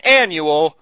annual